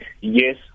yes